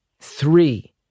Three